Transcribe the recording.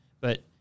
but-